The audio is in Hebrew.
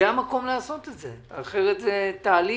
זה המקום לעשות את זה, אחרת זה תהליך.